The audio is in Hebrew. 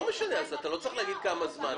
אתה לא צריך להגיד כמה זמן.